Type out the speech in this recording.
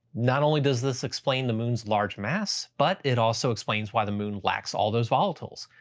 not only does this explain the moon's large mass, but it also explains why the moon lacks all those volatiles.